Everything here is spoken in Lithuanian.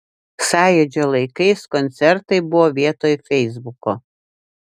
sąjūdžio laikais koncertai buvo vietoj feisbuko